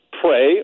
pray